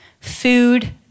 food